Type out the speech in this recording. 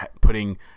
putting